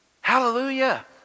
Hallelujah